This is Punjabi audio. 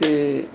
ਅਤੇ